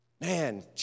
Man